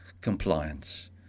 compliance